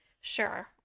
Sure